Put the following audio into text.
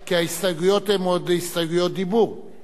חבר הכנסת אזולאי, אלה הסתייגויות דיבור.